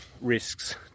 risks